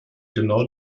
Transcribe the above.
genau